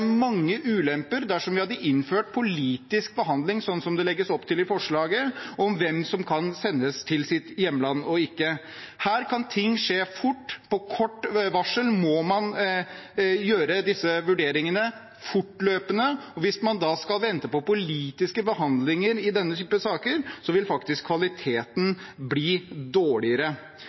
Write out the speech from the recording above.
mange ulemper dersom vi hadde innført politisk behandling, sånn som det legges opp til i forslaget, av hvem som kan sendes til sitt hjemland og ikke. Her kan ting skje fort. På kort varsel må man gjøre disse vurderingene fortløpende. Hvis man da skal vente på politiske behandlinger i denne typen saker, vil faktisk kvaliteten bli dårligere.